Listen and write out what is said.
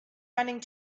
running